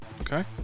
Okay